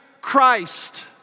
Christ